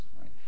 right